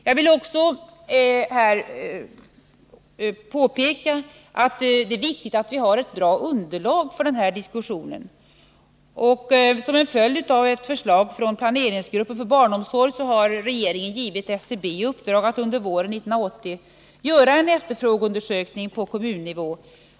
Jag vill också påpeka att det är viktigt att vi har ett bra underlag för denna diskussion. Som en följd av ett förslag från planeringsgruppen för barnomsorg har regeringen givit SCB i uppdrag att under våren 1980 göra en efterfrågeundersökning på kommunnivå.